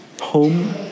Home